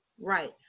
right